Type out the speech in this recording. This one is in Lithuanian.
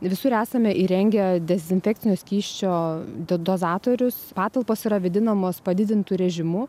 visur esame įrengę dezinfekcinio skysčio do dozatorius patalpos yra vėdinamos padidintu režimu